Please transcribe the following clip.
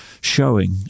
showing